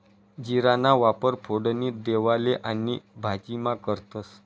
जीराना वापर फोडणी देवाले आणि भाजीमा करतंस